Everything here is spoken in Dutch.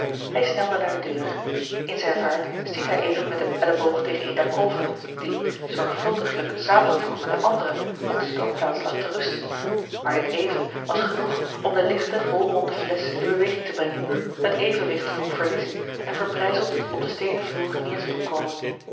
hij snelde naar de deur in zijne vaart stiet hij even met den elleboog tegen een der kolven die zorgvuldiglijk samengevoegd met eene andere op de stookplaats lag te rusten maat dit even was genoeg om de lichte bolronde flesch in beweging te brengen het evenwicht te doen verliezen en verbrijzeld op de steenen vloer neêr te doen komen